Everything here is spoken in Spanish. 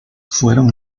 fueron